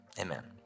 amen